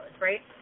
right